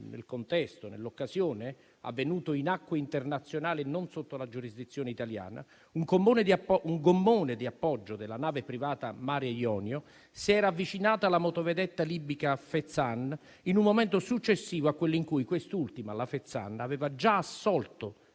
quel contesto, in acque internazionali non sotto la giurisdizione italiana, un gommone di appoggio della nave privata Mare Jonio si era avvicinato alla motovedetta libica Fezzan in un momento successivo a quello in cui quest'ultima, la Fezzan, aveva già assolto